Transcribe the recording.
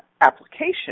application